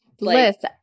list